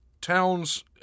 towns